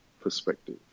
perspective